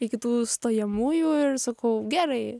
iki tų stojamųjų ir sakau gerai